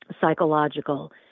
psychological